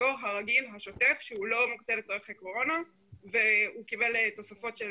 מתקציבו הרגיל השוטף שהוא לא מוקצה לצרכי קורונה והוא קיבל תוספות של